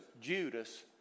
judas